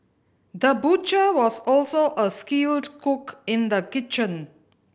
the butcher was also a skilled cook in the kitchen